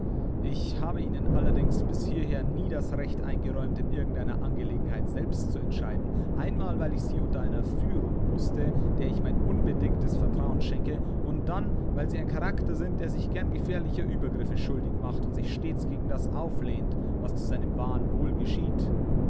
ich habe ihnen allerdings bis hierher nie das recht eingeräumt in irgend einer angelegenheit selbst zu entscheiden einmal weil ich sie unter einer führung wußte der ich mein unbedingtes vertrauen schenke und dann weil sie ein charakter sind der sich gern gefährlicher uebergriffe schuldig macht und sich stets gegen das auflehnt was zu seinem wahren wohl geschieht